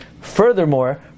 Furthermore